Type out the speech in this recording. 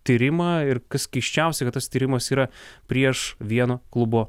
tyrimą ir kas keisčiausia kad tas tyrimas yra prieš vieno klubo